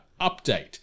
update